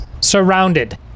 Surrounded